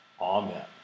Amen